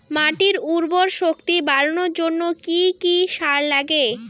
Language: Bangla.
মাটির উর্বর শক্তি বাড়ানোর জন্য কি কি সার লাগে?